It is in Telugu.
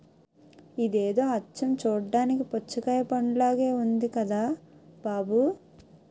ఇదేదో అచ్చం చూడ్డానికి పుచ్చకాయ పండులాగే ఉంది కదా బాబూ